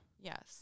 yes